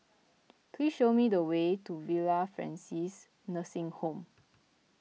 please show me the way to Villa Francis Nursing Home